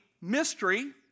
mystery